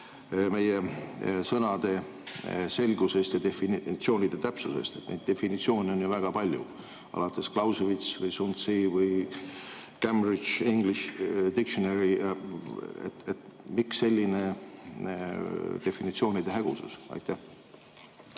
meie sõnade selgusest ja definitsioonide täpsusest. Neid definitsioone on ju väga palju, alates kas või Clausewitzist või Sun Zist või "Cambridge English Dictionaryst". Miks selline definitsioonide hägusus? Aitäh,